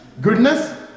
goodness